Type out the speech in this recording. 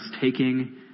taking